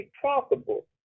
profitable